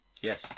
Yes